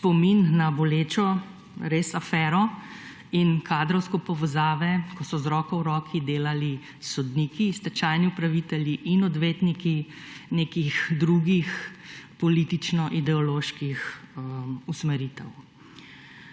spomin na bolečo res afero in kadrovske povezave, ko so z roko v roki delali sodniki, stečajni upravitelji in odvetniki nekih drugih politično-ideoloških usmeritev.